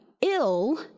ill